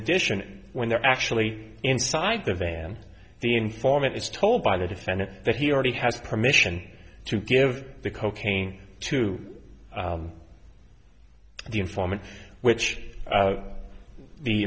addition when they're actually inside the van the informant is told by the defendant that he already has permission to give the cocaine to the informant which